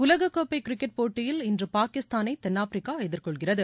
உலகக்கோப்பை கிரிக்கெட் போட்டியில் இன்று பாகிஸ்தானை தென்னாப்பிரிக்கா எதிர்கொள்கிறது